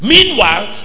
Meanwhile